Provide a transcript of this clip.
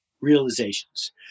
realizations